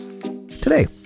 Today